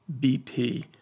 BP